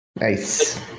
Nice